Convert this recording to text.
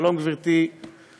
שלום, גברתי השרה.